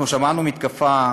אנחנו שמענו מתקפה